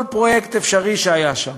כל פרויקט אפשרי שהיה שם.